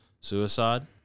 suicide